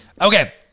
Okay